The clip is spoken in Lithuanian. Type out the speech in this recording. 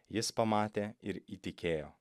jis pamatė ir įtikėjo